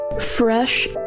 fresh